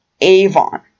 Avon